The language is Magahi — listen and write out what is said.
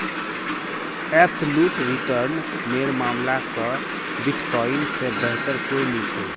एब्सलूट रिटर्न नेर मामला क बिटकॉइन से बेहतर कोई नी छे